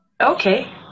Okay